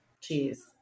cheese